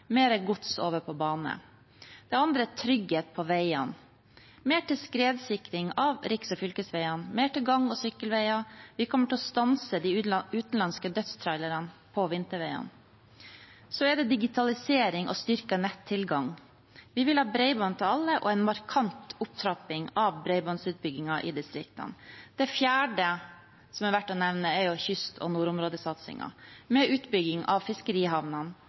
gods over på bane. Det andre er trygghet på veiene – mer til skredsikring av riks- og fylkesveiene og mer til gang- og sykkelveier. Vi kommer til å stanse de utenlandske dødstrailerne på vinterveiene. Så er det digitalisering og styrket nettilgang. Vi vil ha bredbånd til alle og en markant opptrapping av bredbåndsutbyggingen i distriktene. Det fjerde som er verdt å nevne, er kyst- og nordområdesatsningen – med utbygging av fiskerihavnene